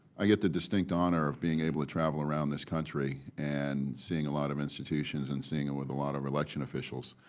i get the distinct honor of being able to travel around this country and seeing a lot of institutions and seeing and a lot of election officials.